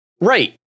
right